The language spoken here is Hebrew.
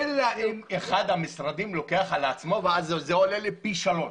אחד המשרדים לוקח על עצמו ואז זה עולה לי פי שלושה.